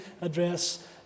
address